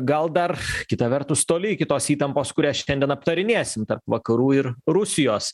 gal dar kita vertus toli iki tos įtampos kurią šiandien aptarinėsim tarp vakarų ir rusijos